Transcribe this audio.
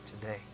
today